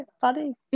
funny